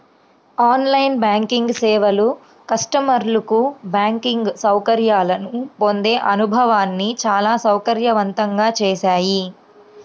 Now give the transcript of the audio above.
on line banking సేవలు కస్టమర్లకు banking సౌకర్యాలను పొందే అనుభవాన్ని చాలా సౌకర్యవంతంగా చేశాయి